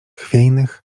chwiejnych